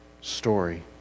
story